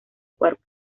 cuerpo